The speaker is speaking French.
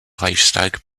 reichstag